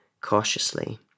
cautiously